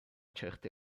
certe